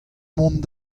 mont